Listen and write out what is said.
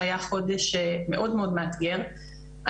שהיה חודש מאוד מאוד מאתגר,